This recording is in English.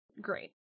Great